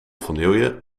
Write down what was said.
vanille